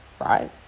right